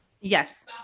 Yes